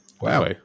Wow